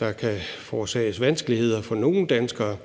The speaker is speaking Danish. der kan forårsages vanskeligheder for nogle danskere.